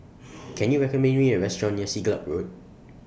Can YOU recommend Me A Restaurant near Siglap Road